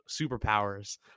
superpowers